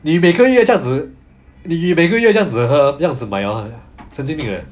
你每个月这样子你每个月这样喝这样子买 ah 神经病 leh